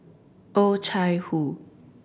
Oh Chai Hoo